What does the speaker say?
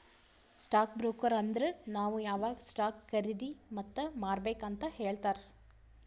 stock broker ಅಂದುರ್ ನಾವ್ ಯಾವಾಗ್ ಸ್ಟಾಕ್ ಖರ್ದಿ ಮತ್ ಮಾರ್ಬೇಕ್ ಅಂತ್ ಹೇಳ್ತಾರ